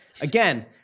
Again